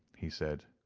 he said,